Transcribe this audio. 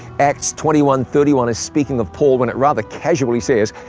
acts twenty one thirty one is speaking of paul when it rather casually says,